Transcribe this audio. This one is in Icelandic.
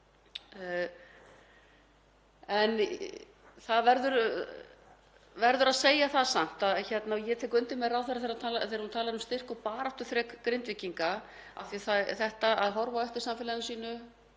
um. Það verður að segja það samt, og ég tek undir með ráðherra þegar hún talar um styrk og baráttuþrek Grindvíkinga af því að þetta, að horfa á eftir samfélaginu sínu